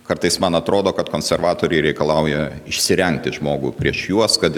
kartais man atrodo kad konservatoriai reikalauja išsirengti žmogų prieš juos kad